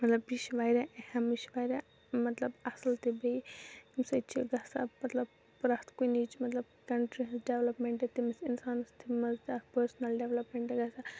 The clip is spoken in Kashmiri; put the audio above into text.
مطلب یہِ چھِ واریاہ اہم یہِ چھِ واریاہ مطلب اصل تہِ بیٚیہِ اَمہِ سۭتۍ چھِ گَژھان مطلب پرٮ۪تھ کُنِچ مطلب کَنٹری ہٕنز ڈیولَپمٮ۪نٹ تٔمِس اِنسانَس مَنز تہِ اَکھ پٔرسٕنَل ڈیولَپمٮ۪نٹ تہِ گَژھان